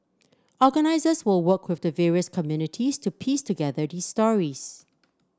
organisers will work with the various communities to piece together these stories